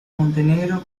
montenegro